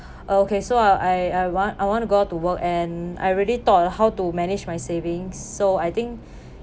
okay so uh I I want I want to go to work and I already thought on how to manage my savings so I think